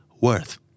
worth